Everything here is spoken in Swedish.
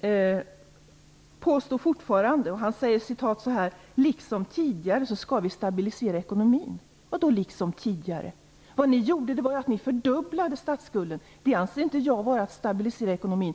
säger att man liksom tidigare skall stabilisera ekonomin. Vad menas med "liksom tidigare"? Ni fördubblade ju statsskulden. Det anser inte jag vara att stabilisera ekonomin.